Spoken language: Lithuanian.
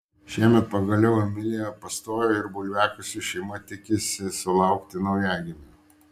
šiemet pagaliau emilija pastojo ir bulviakasiui šeima tikisi sulaukti naujagimio